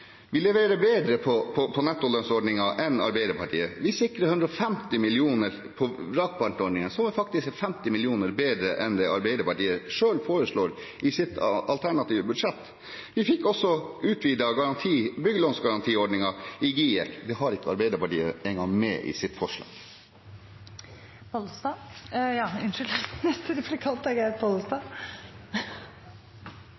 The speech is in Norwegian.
enn Arbeiderpartiet. Vi sikrer 150 mill. kr på vrakpantordningen, som faktisk er 50 mill. kr bedre enn det Arbeiderpartiet selv foreslår i sitt alternative budsjett. Vi fikk også utvidet byggelånsgarantiordningen i GIEK. Det har ikke Arbeiderpartiet engang med i sitt